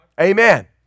Amen